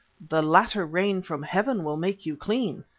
the latter rain from heaven will make you clean.